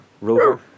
Rover